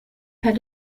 pas